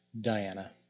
Diana